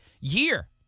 year